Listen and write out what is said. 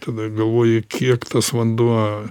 tada galvoji kiek tas vanduo